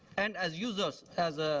and as users, as ah